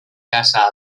casa